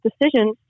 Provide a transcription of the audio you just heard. decisions